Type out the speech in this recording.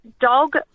dog